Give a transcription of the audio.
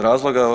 razloga.